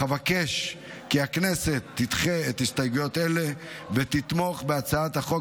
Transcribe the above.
אך אבקש כי הכנסת תדחה הסתייגויות אלה ותתמוך בהצעת החוק